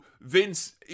Vince